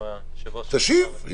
אם היושב-ראש --- תשיב.